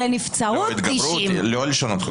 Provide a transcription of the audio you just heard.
אבל לנבצרות 90. לא לשנות חוק יסוד,